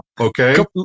okay